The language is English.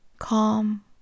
calm